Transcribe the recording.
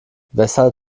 weshalb